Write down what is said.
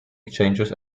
exchanges